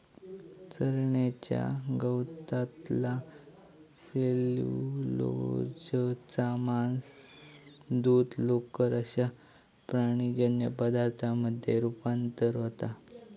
चरण्याच्या गवतातला सेल्युलोजचा मांस, दूध, लोकर अश्या प्राणीजन्य पदार्थांमध्ये रुपांतर होता